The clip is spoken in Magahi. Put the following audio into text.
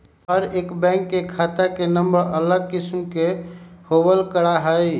हर एक बैंक के खाता के नम्बर अलग किस्म के होबल करा हई